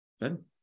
Good